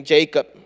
Jacob